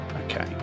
okay